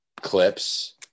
clips